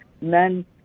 Men